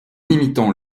imitant